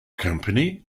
company